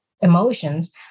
emotions